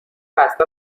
بسته